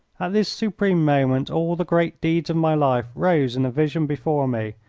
this supreme moment all the great deeds of my life rose in a vision before me,